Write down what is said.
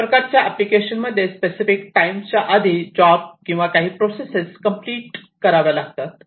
या प्रकारच्या एप्लिकेशन्स मध्ये स्पेसिफिक टाईम च्या आधी जॉब किंवा काही प्रोसेस कम्प्लीट कराव्या लागतात